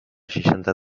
seixanta